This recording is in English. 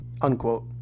unquote